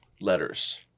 letters